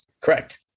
Correct